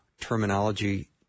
terminology